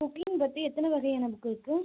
cooking பற்றி எத்தனை வகையான புக்கு இருக்குது